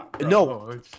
no